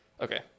okay